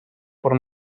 por